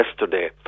yesterday